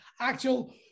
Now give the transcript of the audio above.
actual